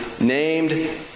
named